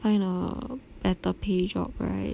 find a better pay job right